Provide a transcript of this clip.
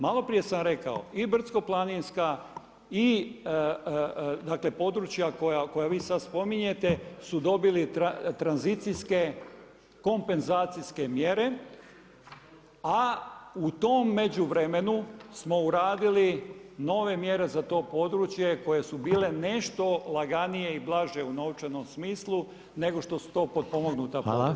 Maloprije sam rekao, i brdsko-planinska i područja koja vi sad spominjete su dobili tranzicijske, kompenzacijske mjere a u tom međuvremenu smo uradili nove mjere za to područje koje su bile nešto laganije i blaže u novčanom smislu nego šta su to potpomognuta područja.